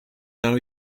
are